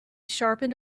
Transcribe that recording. sharpened